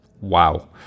Wow